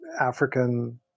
African